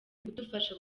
kudufasha